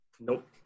Nope